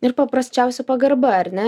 ir paprasčiausia pagarba ar ne